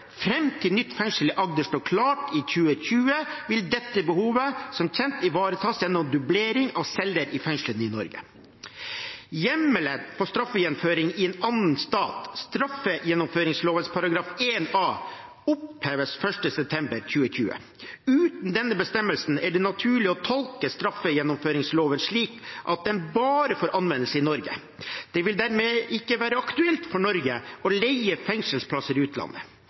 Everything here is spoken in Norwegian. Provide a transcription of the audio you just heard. Fram til nytt fengsel i Agder står klart i 2020, vil dette behovet som kjent ivaretas gjennom dublering av celler i fengslene i Norge. Hjemmelen for straffegjennomføring i annen stat, straffegjennomføringsloven § 1 a, oppheves den 1. september 2020. Uten denne bestemmelsen er det naturlig å tolke straffegjennomføringsloven slik at den bare får anvendelse i Norge. Det vil dermed ikke være aktuelt for Norge å leie fengselsplasser i utlandet.